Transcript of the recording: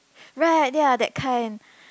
right ya that kind